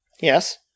Yes